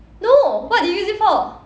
no what do you use it for